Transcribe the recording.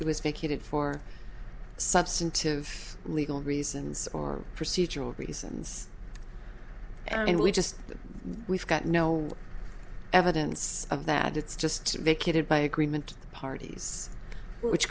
it was vacated for substantive legal reasons or procedural reasons and we just we've got no evidence of that it's just vacated by agreement parties which